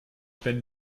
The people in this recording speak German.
wenn